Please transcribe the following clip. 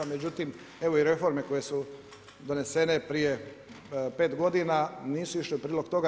Međutim, evo i reforme koje su donesene prije 5 godina nisu išle u prilog toga.